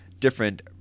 Different